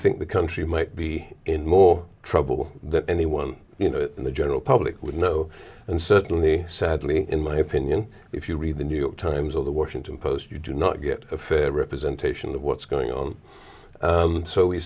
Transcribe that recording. think the country might be in more trouble than anyone you know and the general public would know and certainly sadly in my opinion if you read the new york times or the washington post you do not get a fair representation of what's going on